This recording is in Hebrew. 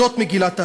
זאת מגילת העצמאות,